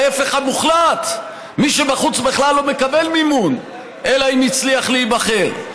ההפך המוחלט: מי שבחוץ בכלל לא מקבל מימון אלא אם כן הצליח להיבחר,